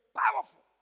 powerful